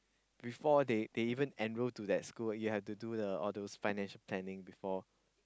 before they they even enroll to that school you have to do the all those finance planning before